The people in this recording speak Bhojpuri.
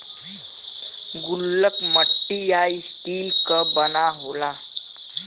गुल्लक मट्टी या स्टील क बना होला